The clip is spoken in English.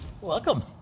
Welcome